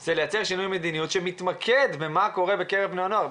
זה לייצר שינוי מדיניות שמתמקד במה קורה בקרב בני נוער.